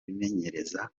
bimenyereza